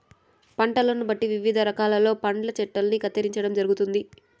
పంటలను బట్టి వివిధ ఆకారాలలో పండ్ల చెట్టల్ని కత్తిరించడం జరుగుతుంది